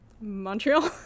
Montreal